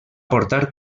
portar